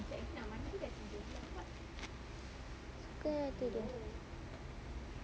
suka lah tu dia